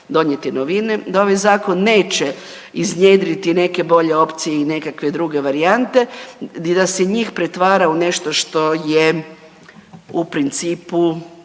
donijeti novine, da ovaj zakon neće iznjedriti neke bolje opcije i nekakve druge varijante i da se njih pretvara u nešto što je u principu